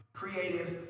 creative